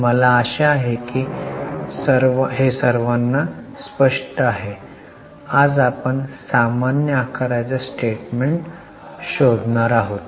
मला आशा आहे की हे सर्वांना स्पष्ट आहे आज आपण सामान्य आकाराचे स्टेटमेंट शोधणार आहोत